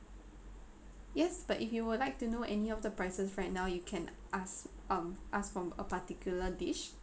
yes but if you would like to know any of the prices right now you can ask um ask from a particular dish